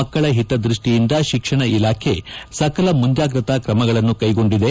ಮಕ್ಕಳ ಹಿತದೃಷ್ಷಿಯಿಂದ ಶಿಕ್ಷಣ ಇಲಾಖೆ ಸಕಲ ಮುಂಜಾಗ್ರತಾ ಕ್ರಮಗಳನ್ನು ಕೈಗೊಂಡಿದೆ